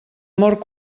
mort